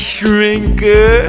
Shrinker